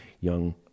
young